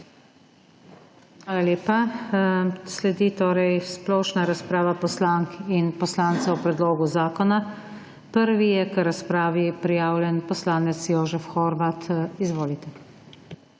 Hvala lepa. Sledi splošna razprava poslank in poslancev o predlogu zakona. Prvi je k razpravi prijavljen poslanec Jožef Horvat. Izvolite.